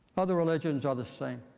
other religions are the same.